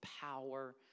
power